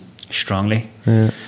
strongly